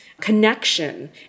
connection